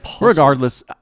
regardless